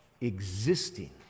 existing